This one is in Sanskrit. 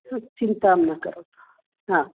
चिन्तां न करोतु हा